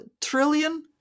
trillion